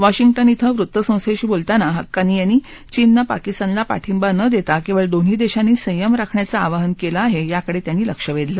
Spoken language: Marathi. वॉशिंग्टन क्वे वृत्तसंस्थेशी बोलताना हक्कानी यांनी चीननं पाकिस्तानला पाठिंबा न देता केवळ दोन्ही देशांनी संयम राखण्याचं आवाहन केलंय याकडे लक्ष वेधलं